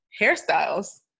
hairstyles